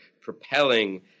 propelling